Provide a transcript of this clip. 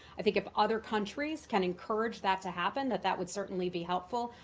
i think if other countries can encourage that to happen, that that would certainly be helpful,